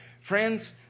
Friends